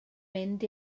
mynd